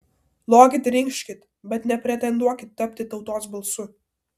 lokit ir inkškit bet nepretenduokit tapti tautos balsu